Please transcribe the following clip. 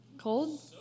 Cold